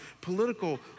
political